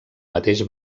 mateix